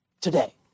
today